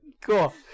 cool